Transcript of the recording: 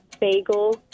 bagel